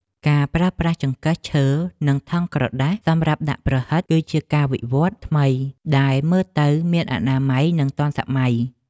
ការប្រើប្រាស់ចង្កឹះឈើនិងថង់ក្រដាសសម្រាប់ដាក់ប្រហិតគឺជាការវិវត្តថ្មីដែលមើលទៅមានអនាម័យនិងទាន់សម័យ។